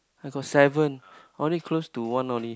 I got seven only close to one only